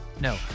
No